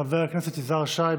חבר הכנסת יזהר שי,